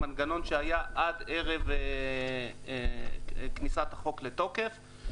המנגנון היה עד ערב כניסת החוק לתוקף.